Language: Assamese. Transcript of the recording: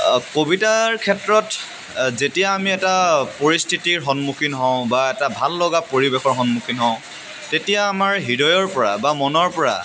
কবিতাৰ ক্ষেত্ৰত যেতিয়া আমি এটা পৰিস্থিতিৰ সন্মুখীন হওঁ বা এটা ভাল লগা পৰিৱেশৰ সন্মুখীন হওঁ তেতিয়া আমাৰ হৃদয়ৰ পৰা বা মনৰ পৰা